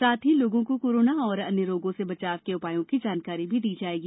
साथ ही लोगों को कोरोना और अन्य रोगों से बचाव के उपायों की जानकारी भी दी जाएगी